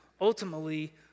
Ultimately